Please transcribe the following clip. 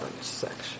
section